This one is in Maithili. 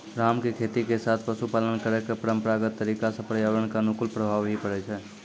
राम के खेती के साथॅ पशुपालन करै के परंपरागत तरीका स पर्यावरण कॅ अनुकूल प्रभाव हीं पड़ै छै